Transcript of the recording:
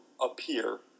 appear